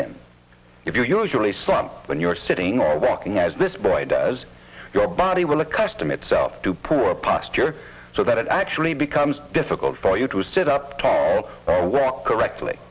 in if you usually slump when you are sitting or rocking as this boy does your body will accustom itself to poor posture so that it actually becomes difficult for you to sit up tall or walk correctly